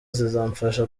zizamfasha